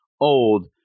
old